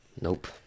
nope